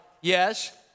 Yes